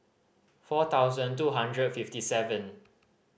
four thousand two hundred fifty seven